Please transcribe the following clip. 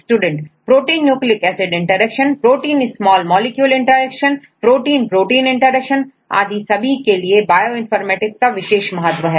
student protein nucleic acid interaction protein small molecule interaction protein protein interaction आदि सभी के लिए बायोइनफॉर्मेटिक्स का विशेष महत्व है